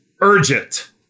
urgent